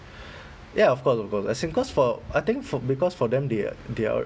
ya of course of course as in cause for I think for because for them they are they are